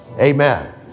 Amen